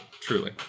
Truly